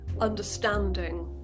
understanding